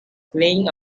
playing